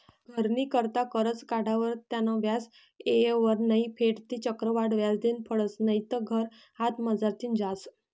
घरनी करता करजं काढावर त्यानं व्याज येयवर नै फेडं ते चक्रवाढ व्याज देनं पडसं नैते घर हातमझारतीन जास